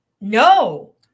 No